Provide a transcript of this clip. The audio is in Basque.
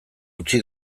utzi